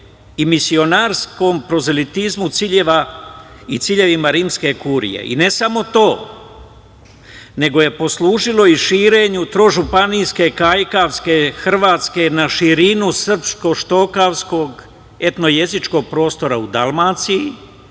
i misionarskom prozelitizmu ciljeva i ciljevima rimske kurije, ne samo to, nego je poslužilo i širenju trožupanijske, kajkavske, hrvatske na širinu srpsko-štokavskog etno-jezičkog prostora u Dalmaciji,